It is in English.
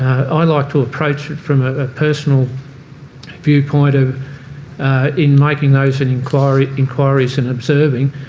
i like to approach it from a personal viewpoint of in making those and inquiries inquiries and observing,